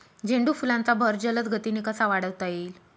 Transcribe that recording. झेंडू फुलांचा बहर जलद गतीने कसा वाढवता येईल?